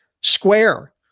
Square